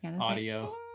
audio